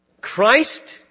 Christ